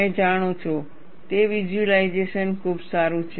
તમે જાણો છો તે વિઝ્યુલાઇઝેશન ખૂબ સારું છે